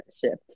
shift